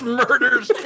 murders